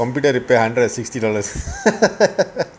computer repair sixty dollars